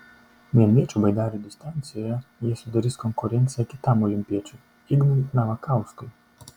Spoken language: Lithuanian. vienviečių baidarių distancijoje jie sudarys konkurenciją kitam olimpiečiui ignui navakauskui